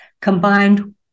combined